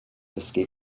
dysgu